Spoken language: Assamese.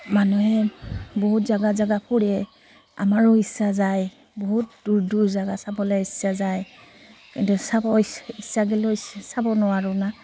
মানুহে বহুত জেগা জেগা ফুৰে আমাৰো ইচ্ছা যায় বহুত দূৰ দূৰ জেগা চাবলৈ ইচ্ছা যায় কিন্তু চাব ইচ্ছা গ'লেও চাব চাব নোৱাৰোঁ না